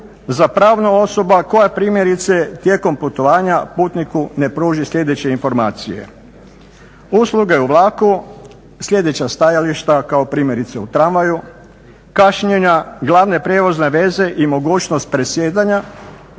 za pravnu osobu koja primjerice tijekom putovanja putniku ne pruži sljedeće informacije: usluge u vlaku, sljedeća stajališta kao primjerice u tramvaju, kašnjenja, glavne prijevozne veze i mogućnost presjedanja,